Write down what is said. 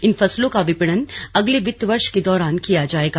इन फसलों का विपणन अगले वित्त वर्ष के दौरान किया जाएगा